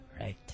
Right